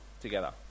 together